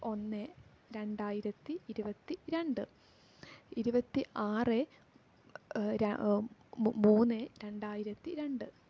ഒന്ന് രണ്ടായിരത്തി ഇരുപത്തി രണ്ട് ഇരുപത്തി ആറ് മൂന്ന് രണ്ടായിരത്തി രണ്ട്